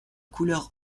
couleur